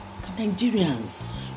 nigerians